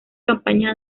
campañas